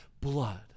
blood